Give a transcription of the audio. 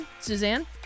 Suzanne